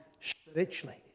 spiritually